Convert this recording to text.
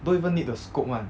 don't even need the scope [one]